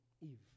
Eve